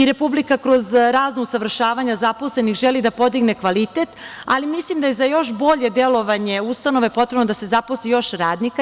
Republika kroz razna usavršavanja zaposlenih želi da podigne kvalitet, ali mislim da je za još bolje delovanje ustanove potrebno da se zaposli još radnika.